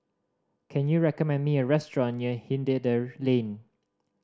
can you recommend me a restaurant near Hindhede Lane